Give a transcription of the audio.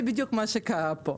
זה בדיוק מה שקרה פה.